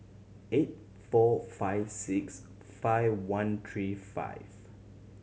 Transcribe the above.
eight four five six five one three five